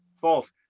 False